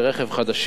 לגבי כלי-רכב חדשים,